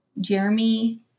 Jeremy